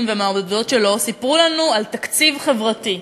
והמעודדות שלו סיפרו לנו על תקציב חברתי.